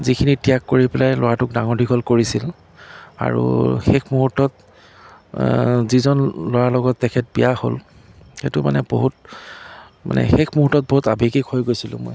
যিখিনি ত্য়াগ কৰি পেলাই ল'ৰাটোক ডাঙৰ দীঘল কৰিছিল আৰু শেষ মুহূৰ্তত যিজন ল'ৰাৰ লগত তেখেত বিয়া হ'ল সেইটো মানে বহুত মানে শেষ মুহূৰ্তত বহুত আৱেগিক হৈ গৈছিলোঁ মই